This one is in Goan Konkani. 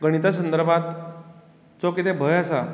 गणिता सुदरपाक जो कितें भंय आसा